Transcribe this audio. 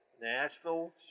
Nashville